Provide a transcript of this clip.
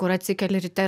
kur atsikeli ryte